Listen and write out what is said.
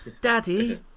Daddy